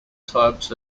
types